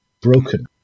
broken